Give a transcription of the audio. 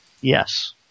Yes